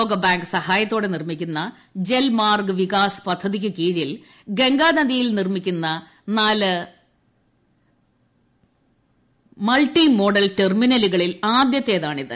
ലോകബാങ്ക് സഹായത്തോടെ നിർമ്മിക്കുന്നു ജർമാർഗ് വികാസ് പദ്ധതിക്ക് കീഴിൽ ഗംഗാനദിയിൽ നിർമ്മിക്കുന്നു നാ്ലു മൾട്ടി മോഡൽ ടെർമിനലുകളിൽ ആദ്യത്തേതാണിത്